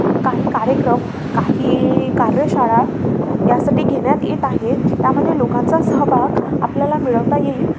काही कार्यक्रम काही कार्यशाळा यासाठी घेण्यात येत आहे त्यामध्ये लोकांचा सहभाग आपल्याला मिळवता येईल